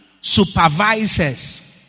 supervisors